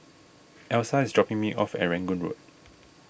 Elsa is dropping me off at Rangoon Road